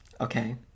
Okay